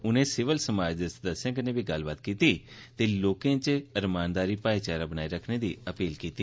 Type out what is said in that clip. उन्ने सिविल समाज दे सदस्यें कन्नै बी गल्लबात कीती ते समाज च रमानदारी भाईचारा बनाई रक्खने दा आहवान कीता